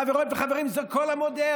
חברות וחברים, זה כל המודל.